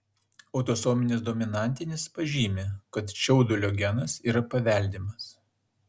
autosominis dominantinis pažymi kad čiaudulio genas yra paveldimas